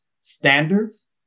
Standards